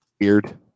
Weird